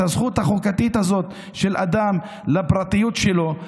את הזכות החוקתית הזאת של אדם לפרטיות שלו.